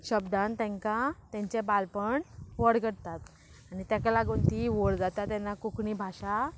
शब्दान तांकां तांचें बालपण व्हड करतात आनी ताका लागून तीं व्हड जाता तेन्ना कोंकणी भाशा